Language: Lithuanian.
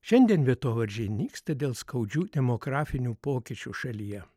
šiandien vietovardžiai nyksta dėl skaudžių demografinių pokyčių šalyje